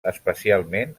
especialment